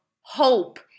hope